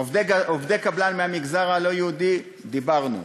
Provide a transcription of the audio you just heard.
עובדי קבלן מהמגזר הלא-יהודי, דיברנו.